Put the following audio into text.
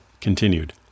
continued